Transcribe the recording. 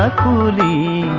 of the